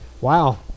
Wow